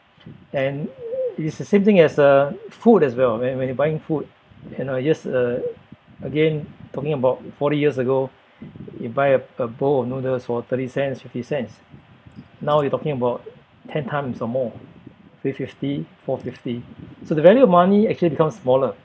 and it's the same thing as uh food as well when when you're buying food and I use uh again talking about forty years ago you buy a a bowl of noodles for thirty cents fifty cents now you're talking about ten times or more three fifty four fifty so the value of money actually becomes smaller